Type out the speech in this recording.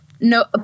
No